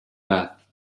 bath